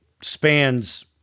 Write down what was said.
spans